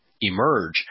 emerge